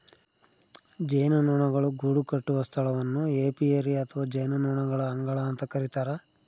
ಜೇನುನೊಣಗಳು ಗೂಡುಕಟ್ಟುವ ಸ್ಥಳವನ್ನು ಏಪಿಯರಿ ಅಥವಾ ಜೇನುನೊಣಗಳ ಅಂಗಳ ಅಂತ ಕರಿತಾರ